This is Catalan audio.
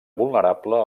vulnerable